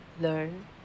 learn